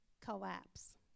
collapse